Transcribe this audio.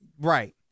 Right